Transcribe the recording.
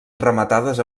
rematades